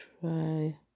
try